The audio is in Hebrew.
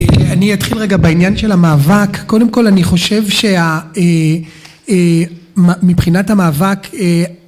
אני אתחיל רגע בעניין של המאבק, קודם כל אני חושב שה... אה... מבחינת המאבק, אה...